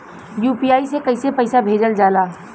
UPI से कइसे पैसा भेजल जाला?